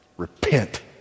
repent